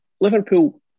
Liverpool